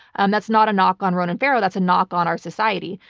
and that's not a knock on ronan farrow. that's a knock on our society.